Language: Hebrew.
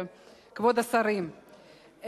כבוד השרים,